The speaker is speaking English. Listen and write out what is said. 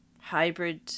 hybrid